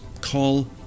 call